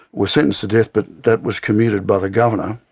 were sentenced to death but that was commuted by the governor,